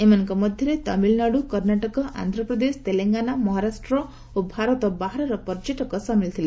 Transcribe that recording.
ଏମାନଙ୍କ ମଧ୍ୟରେ ତାମିଲନାଡ଼ୁ କର୍ଣ୍ଣାଟକ ଆନ୍ଧ୍ରପ୍ରଦେଶ ତେଲେଙ୍ଗାନା ମହାରାଷ୍ଟ୍ର ଓ ଭାରତ ବାହାରର ପର୍ଯ୍ୟଟକ ସାମିଲ ଥିଲେ